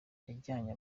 yajyanye